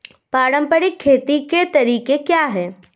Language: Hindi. पारंपरिक खेती के तरीके क्या हैं?